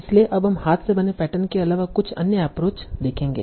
इसलिए हम अब हाथ से बने पैटर्न के अलावा कुछ अन्य एप्रोच देखेंगे